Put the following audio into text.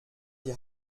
die